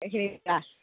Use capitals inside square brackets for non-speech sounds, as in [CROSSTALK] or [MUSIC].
[UNINTELLIGIBLE]